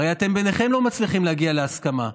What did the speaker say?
הרי אתם לא מצליחים להגיע להסכמה ביניכם.